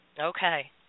Okay